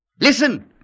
Listen